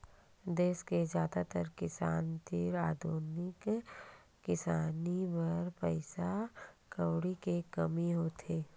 देस के जादातर किसान तीर आधुनिक किसानी बर पइसा कउड़ी के कमी होथे